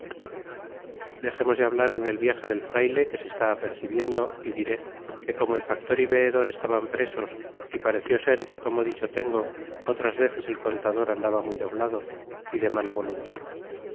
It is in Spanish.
dexemos de hablar en el viage del frayle que se está apercibiendo y diré que como el factor y veedor estaban presos y pareció ser que como dicho tengo otras veces el contador andaba muy doblado y de mala voluntad